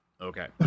Okay